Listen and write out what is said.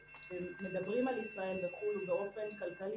ומדברים על ישראל בחו"ל הוא באופן כלכלי,